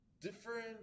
different